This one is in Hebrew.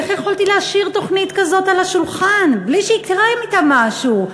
איך יכולתי להשאיר תוכנית כזאת על השולחן בלי שיקרה אתה משהו?